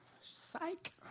Psych